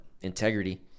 integrity